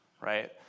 right